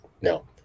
no